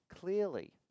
clearly